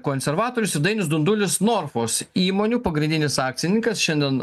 konservatorius ir dainius dundulis norfos įmonių pagrindinis akcininkas šiandien